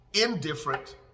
indifferent